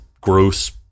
gross